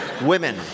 Women